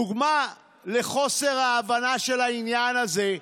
דוגמה לחוסר ההבנה של העניין הזה: